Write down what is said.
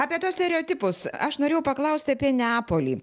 apie tuos stereotipus aš norėjau paklausti apie neapolį